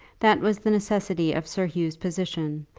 that was the necessity of sir hugh's position,